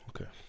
Okay